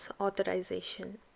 Authorization